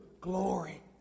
Glory